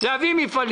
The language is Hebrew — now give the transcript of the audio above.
ירוחם להביא מפעלים.